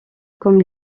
comme